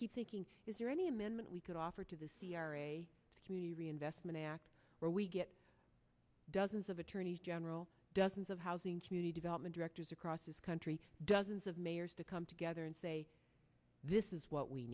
keep thinking is there any amendment we could offer to this community reinvestment act where we get dozens of attorneys general dozens of housing community development directors across this country dozens of mayors to come together and say this is what we